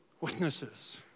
witnesses